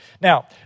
Now